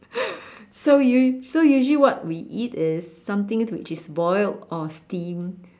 so usu~ so usually what we eat is something which is boiled or steamed